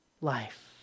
life